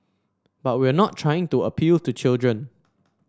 but we're not trying to appeal to children